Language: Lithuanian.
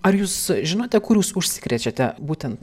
ar jūs žinote kur jūs užsikrečiate būtent